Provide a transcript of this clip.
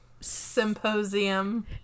Symposium